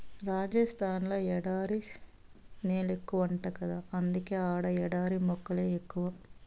రాజస్థాన్ ల ఎడారి నేలెక్కువంట గదా అందుకే ఆడ ఎడారి మొక్కలే ఎక్కువ